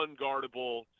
unguardable